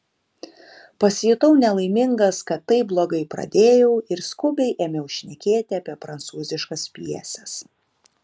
pasijutau nelaimingas kad taip blogai pradėjau ir skubiai ėmiau šnekėti apie prancūziškas pjeses